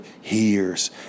hears